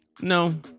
No